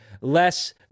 less